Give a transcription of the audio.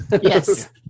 Yes